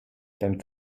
dann